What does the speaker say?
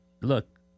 look